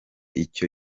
icyo